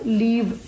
leave